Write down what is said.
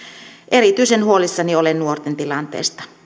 erityisen huolissani olen nuorten tilanteesta